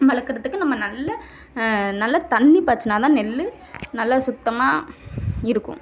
வளர்க்கறதுக்கு நம்ம நல்ல நல்ல தண்ணி பாய்ச்சுனா தான் நெல் நல்லா சுத்தமாக இருக்கும்